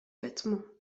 vêtements